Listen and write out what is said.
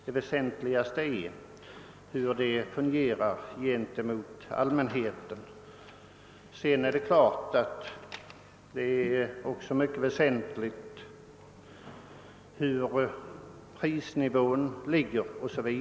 Det väsentligaste är hur systemet fungerar gentemot allmän heten. Men naturligtvis är det också mycket viktigt hur prisnivån ligger.